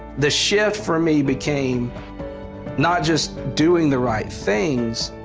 the shift for me became not just doing the right things,